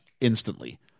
instantly